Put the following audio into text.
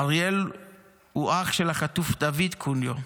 אריאל הוא אח של החטוף דוד קוניו,